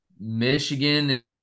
Michigan